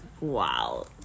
Wow